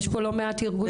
יש פה לא מעט ארגונים.